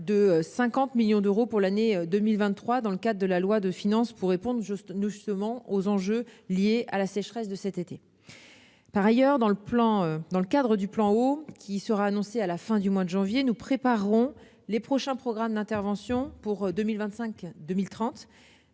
de 50 millions d'euros pour l'année 2023 dans le cadre de la loi de finances pour répondre aux enjeux liés à la sécheresse de l'été dernier. Par ailleurs, dans le cadre du plan Eau qui sera annoncé à la fin du mois de janvier, nous préparerons les prochains programmes d'intervention 2025-2030.